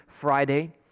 Friday